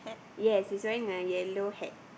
yes he's wearing a yellow hat